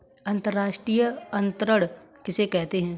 अंतर्राष्ट्रीय अंतरण किसे कहते हैं?